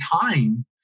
time